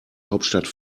hauptstadt